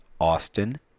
Austin